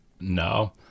no